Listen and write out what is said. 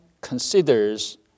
considers